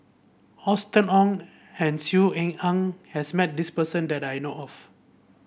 Austen Ong and Saw Ean Ang has met this person that I know of